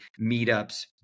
meetups